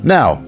Now